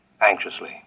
anxiously